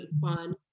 fun